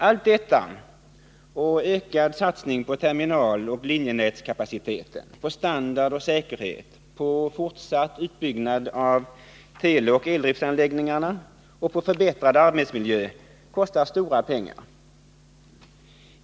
Allt detta och ökad satsning på terminaloch linjenätskapacitet, på standard och säkerhet, på fortsatt utbyggnad av teleoch eldriftsanläggningar och på förbättrad arbetsmiljö kostar stora pengar.